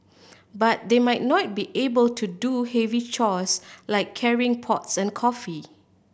but they might not be able to do heavy chores like carrying pots and coffee